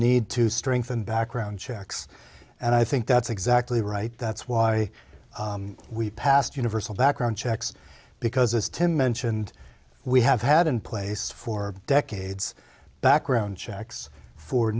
need to strengthen background checks and i think that's exactly right that's why we passed universal background checks because it's to mentioned we have had in place for decades background checks for